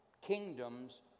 kingdoms